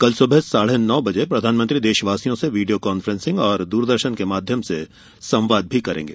कल सुबह साढ़े नो बजे प्रधानमंत्री देशवासियों से वीडियो कांफ्रेसिंग और दूरदर्शन के माध्यम से संवाद भी करेंगे